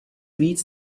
víc